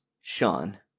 Sean